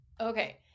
okay